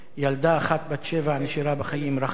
ילדה אחת בת שבע נשארה בחיים רחל.